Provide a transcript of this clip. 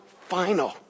final